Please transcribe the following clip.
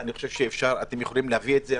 אני חושב שאתם יכולים להביא את זה.